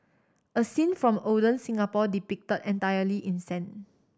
a scene from olden Singapore depicted entirely in sand